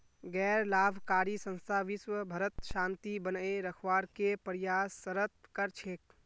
गैर लाभकारी संस्था विशव भरत शांति बनए रखवार के प्रयासरत कर छेक